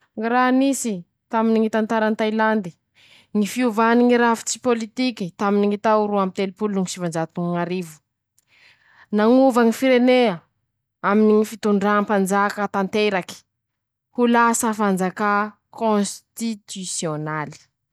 Ñy raha nisy taminy ñy tantarany Tailandy: ñy fiovany ñy rafitsy pôlitiky taminy ñy tao roa amby telopolo no sivanjato no arivo, nañova ñy firenea, aminy ñy fitondrà panjaka tanteraky, ho lasa fitondrà kônsisitisiônaly.